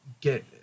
get